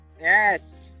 Yes